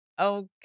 Okay